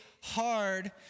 hard